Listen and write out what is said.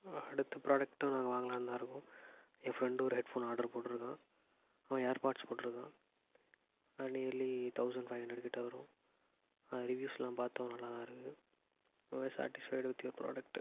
அடுத்த ப்ராடக்டும் நாங்கள் வாங்கலாம்னு தான் இருக்கோம் என் ஃபிரெண்டு ஒரு ஹெட் ஃபோன் ஆர்டர் போட்டிருக்கான் அவன் ஏர் பாட்ஸ் போட்டிருக்கான் நியர்லி தௌசண்ட் ஃபைவ் ஹண்ட்ரட் கிட்ட வரும் ரிவியூஸ்லாம் பார்த்தோம் நல்லா தான் இருக்குது சாடிஸ்ஃபைட் வித் யுவர் ப்ராடக்ட்